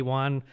one